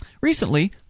Recently